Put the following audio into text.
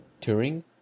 Turing